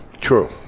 True